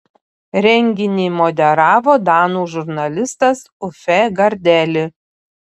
renginį moderavo danų žurnalistas uffe gardeli